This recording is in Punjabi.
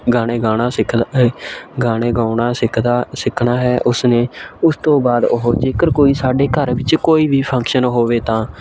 ਗਾਣੇ ਗਾਣਾ ਸਿੱਖਦਾ ਅ ਗਾਣੇ ਗਾਉਣਾ ਸਿੱਖਦਾ ਸਿੱਖਣਾ ਹੈ ਉਸਨੇ ਉਸ ਤੋਂ ਬਾਅਦ ਉਹ ਜੇਕਰ ਕੋਈ ਸਾਡੇ ਘਰ ਵਿੱਚ ਕੋਈ ਵੀ ਫੰਕਸ਼ਨ ਹੋਵੇ ਤਾਂ